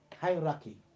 Hierarchy